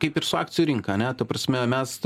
kaip ir su akcijų rinka ane ta prasme mes